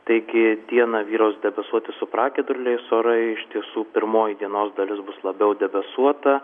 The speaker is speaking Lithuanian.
taigi dieną vyraus debesuoti su pragiedruliais orai iš tiesų pirmoji dienos dalis bus labiau debesuota